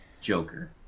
Joker